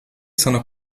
sono